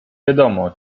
wiadomo